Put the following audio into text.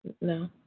No